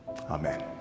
Amen